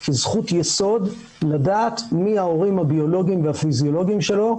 כזכות יסוד לדעת מי ההורים הביולוגים והפיזיולוגיים שלו,